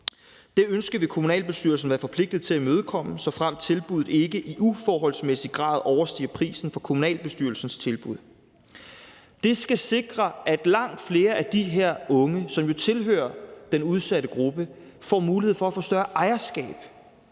Det ønske vil kommunalbestyrelsen være forpligtet til at imødekomme, såfremt tilbuddet ikke i uforholdsmæssig grad overstiger prisen på kommunalbestyrelsens tilbud. Det skal sikre, at langt flere af de her unge, som jo tilhører den udsatte gruppe, får mulighed for at få større ejerskab